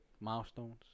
milestones